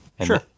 Sure